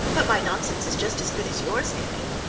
but my nonsense is just as good as yours, nanny.